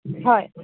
হয়